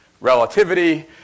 relativity